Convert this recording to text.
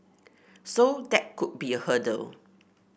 so that could be a hurdle